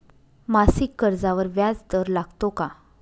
मासिक कर्जावर व्याज दर लागतो का?